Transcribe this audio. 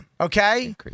Okay